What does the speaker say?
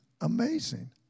amazing